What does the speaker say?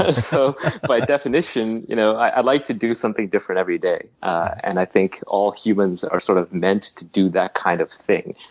ah so by definition, you know i like to do something different every day. and i think all humans are sort of meant to do that kind of thing.